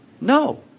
No